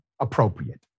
appropriate